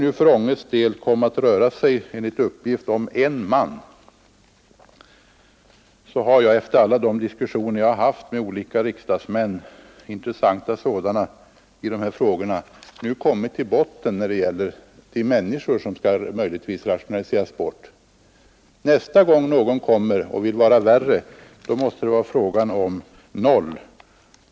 För Anges del kommer det enligt uppgift att röra sig om en man. Efter alla de intressanta diskussioner i dessa frågor som jag har fört med olika riksdagsmän har vi alltså nu kommit till botten, nämligen antalet människor som möjligen skall rationaliseras bort. Nästa gång som någon kommer och vill vara ännu värre måste det sålunda vara fråga om färre än en man, dvs. noll.